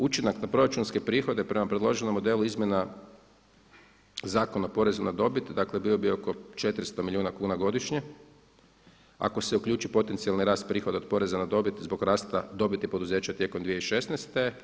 Učinak na proračunske prihode prema predloženom modelu izmjena Zakona o porezu na dobit, dakle bio bi oko 400 milijuna kuna godišnje ako se uključi potencijalni rast prihoda od poreza na dobit zbog rasta dobiti poduzeća tijekom 2016.